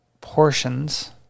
portions